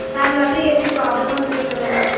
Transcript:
దానివల్ల ఏమి ప్రాబ్లమ్ ఉండదు కదండి